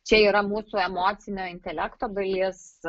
čia yra mūsų emocinio intelekto dalis